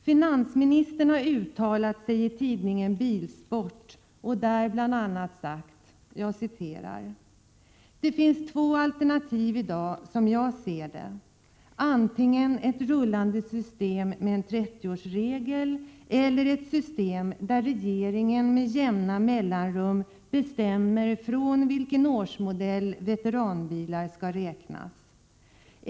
Finansministern har uttalat sig i tidningen Bilsport och sagt bl.a. följande: Det finns två alternativ i dag, som jag ser det. Antingen ett rullande system med en 30-årsregel eller ett system där regeringen med jämna mellanrum bestämmer från vilken årsmodell veteranbilar skall räknas.